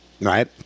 right